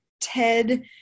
TED